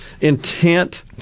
intent